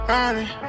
running